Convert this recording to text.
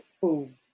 boom